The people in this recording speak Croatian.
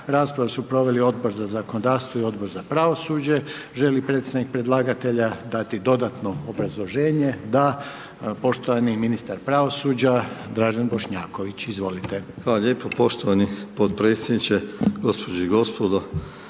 Raspravu su proveli Odbor za zakonodavstvo Odbor za pravosuđe. Želi li predstavnik predlagatelja dati dodatno obrazloženje? Da. Poštovani ministar pravosuđa, Dražen Bošnjaković, izvolite. **Bošnjaković, Dražen (HDZ)** Hvala lijepo poštovani potpredsjedniče, gospođe i gospodo.